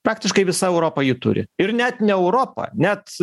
praktiškai visa europa jį turi ir net ne europa net